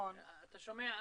אתה שומע,